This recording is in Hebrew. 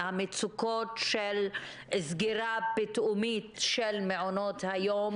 המצוקות של סגירה פתאומית של מעונות היום